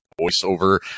voiceover